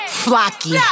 flocky